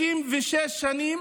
56 שנים